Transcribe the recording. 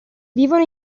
vivono